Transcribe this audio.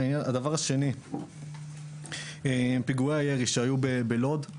הדבר השני הוא פיגועי ירי שהיו בלוד.